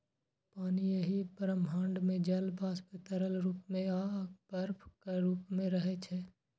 पानि एहि ब्रह्मांड मे जल वाष्प, तरल रूप मे आ बर्फक रूप मे रहै छै